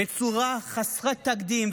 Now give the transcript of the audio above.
בצורה חסרת תקדים,